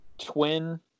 twin